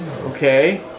Okay